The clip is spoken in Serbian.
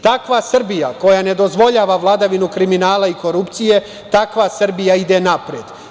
Takva Srbija, koja ne dozvoljava vladavinu kriminala i korupcije, takva Srbija ide napred.